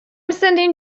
sending